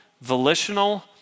volitional